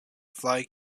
fly